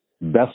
Best